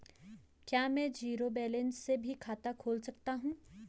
क्या में zero balance से भी खाता खोल सकता हूँ?